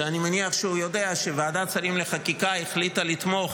שאני מניח שהוא יודע שוועדת שרים לחקיקה החליטה לתמוך